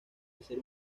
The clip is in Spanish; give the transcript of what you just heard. hacer